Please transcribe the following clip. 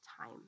time